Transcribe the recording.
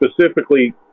specifically